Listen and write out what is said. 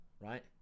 right